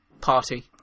party